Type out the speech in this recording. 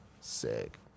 Sick